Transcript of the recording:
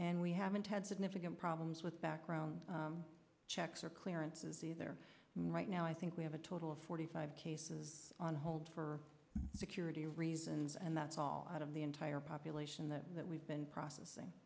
and we haven't had significant problems with background checks or clearances either right now i think we have a total of forty five cases on hold for security reasons and that's all out of the entire population that that we've been processing